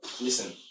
Listen